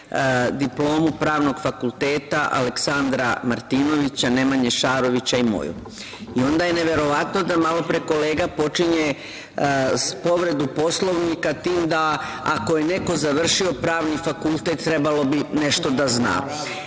diplomu Pravnog fakulteta Aleksandra Martinovića, Nemanje Šarovića i moju. Onda je neverovatno da malopre kolega počinje povredu Poslovnika time da, ako je neko završio Pravni fakultet, trebalo bi nešto da